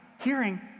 Hearing